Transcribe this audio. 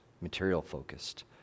material-focused